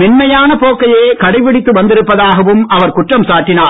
மென்மையான போக்கையே கடைப்பிடித்து வந்திருப்பதாகவம் அவர் குற்றம் சாட்டினார்